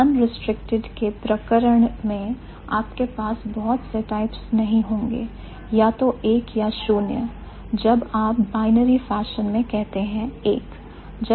Unrestricted के प्रकरण में आपके पास बहुत से टाइप्स नहीं होंगे या तो 1 या 0 जब आप बायनरी फैशन में कहते हैं 1